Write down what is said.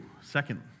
second